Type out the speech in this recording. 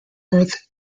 perth